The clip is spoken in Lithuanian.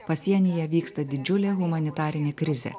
pasienyje vyksta didžiulė humanitarinė krizė